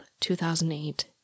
2008